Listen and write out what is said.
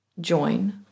join